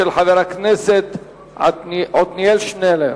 של חבר הכנסת עתניאל שנלר.